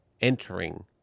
entering